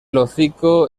hocico